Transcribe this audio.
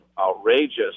outrageous